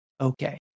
okay